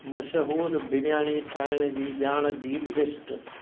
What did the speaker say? मशहूरु बिरयानी ठाहिण जी ॼाण जी लिस्ट